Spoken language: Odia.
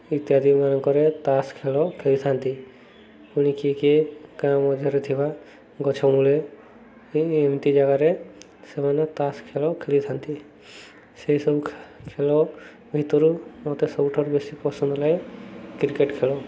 ଇତ୍ୟାଦି ମାନଙ୍କରେ ତାସ୍ ଖେଳ ଖେଳିଥାନ୍ତି ପୁଣି କିଏ କିଏ ଗାଁ ମଧ୍ୟରେ ଥିବା ଗଛ ମୂଳେଏଇ ଏମିତି ଜାଗାରେ ସେମାନେ ତାସ୍ ଖେଳ ଖେଳିଥାନ୍ତି ସେଇସବୁ ଖେଳ ଭିତରୁ ମତେ ସବୁଠାରୁ ବେଶୀ ପସନ୍ଦ ଲାଗେ କ୍ରିକେଟ୍ ଖେଳ